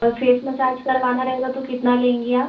और face massage करवाना रहेगा तो कितना लेंगी आप